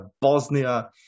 Bosnia